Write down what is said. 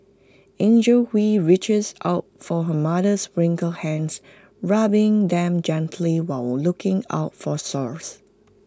Angie Hui reaches out for her mother's wrinkly hands rubbing them gently while looking out for sores